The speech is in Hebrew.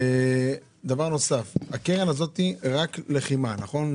דבר נוסף, הקרן הזאת רק לחימה, נכון?